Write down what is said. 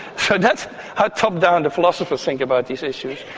so that's how top-down the philosophers think about these issues.